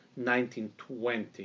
1920